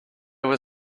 were